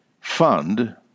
fund